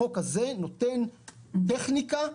החוק הזה נותן טכניקה,